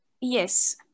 Yes